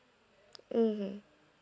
mmhmm